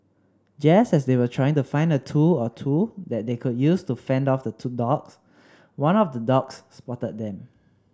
just as they were trying to find a tool or two that they could use to fend off two the dogs one of the dogs spotted them